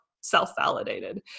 self-validated